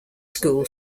school